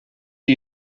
die